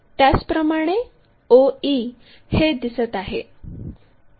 त्याचप्रमाणे o e हे दिसत आहे